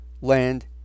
land